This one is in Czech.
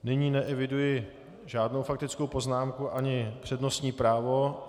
Nyní neeviduji žádnou faktickou poznámku ani přednostní právo.